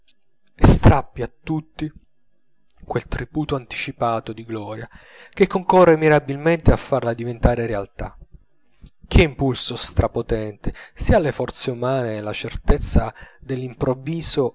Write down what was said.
e strappi a tutti quel tributo anticipato di gloria che concorre mirabilmente a farla diventare realtà che impulso strapotente sia alle forze umane la certezza dell'improvviso